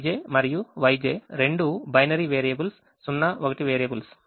Xij మరియు Yj రెండూ binary variables 0 1 variables